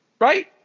Right